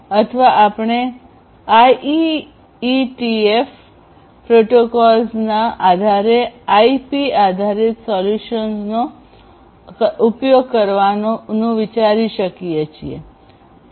અથવા આપણે આઇઇટીએફ પ્રોટોકોલ્સના આધારે આઇપી આધારિત સોલ્યુશન્સનો ઉપયોગ કરવાનું વિચારી શકીએ છીએ